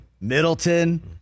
Middleton